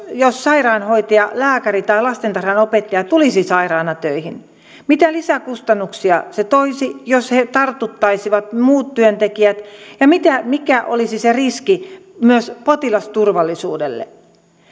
jos sairaanhoitaja lääkäri tai lastentarhanopettaja tulisi sairaana töihin mitä lisäkustannuksia se toisi jos he tartuttaisivat muut työntekijät ja mikä olisi se riski myös potilasturvallisuudelle